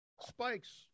spikes